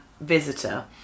visitor